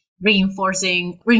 reinforcing